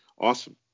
awesome